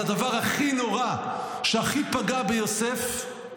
אבל הדבר הכי נורא שהכי פגע ביוסף הוא